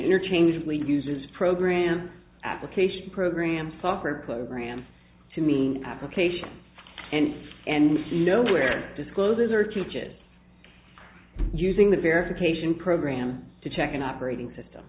interchangeably uses program application programs software programs to mean applications and and nowhere discloses or teaches using the verification program to check an operating system